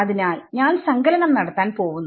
അതിനാൽ ഞാൻ സങ്കലനം നടത്താൻ പോവുന്നു